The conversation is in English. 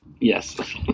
yes